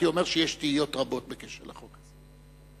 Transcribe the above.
הייתי אומר שיש תהיות רבות בקשר לחוק הזה,